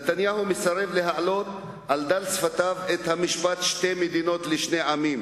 נתניהו מסרב להעלות על דל שפתיו את המשפט "שתי מדינות לשני עמים",